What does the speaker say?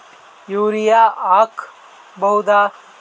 Urea ಹಾಕ್ ಬಹುದ?